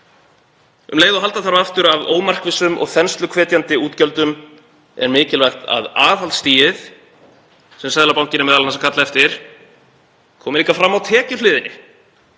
Um leið og halda þarf aftur af ómarkvissum og þensluhvetjandi útgjöldum er mikilvægt að aðhaldsstigið, sem Seðlabankinn er m.a. að kalla eftir, komi líka fram á tekjuhliðinni,